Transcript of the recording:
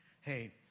hey